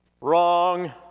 Wrong